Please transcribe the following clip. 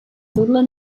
tohle